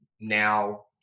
now